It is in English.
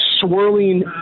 swirling